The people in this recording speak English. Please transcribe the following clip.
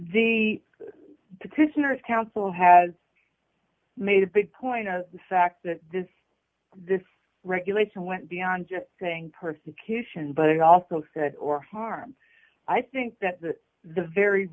the petitioner's counsel has made a big point of the fact that this this regulation went beyond just saying persecution but also said or harm i think that the